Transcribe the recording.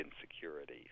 insecurity